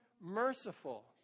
merciful